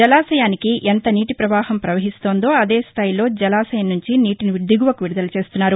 జలాశయానికి ఎంత నీటి పవాహం ప్రపహిస్తుందో అదేస్థాయిలో జలాశయం నుంచి నీటిని విదుదల చేస్తున్నారు